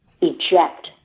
eject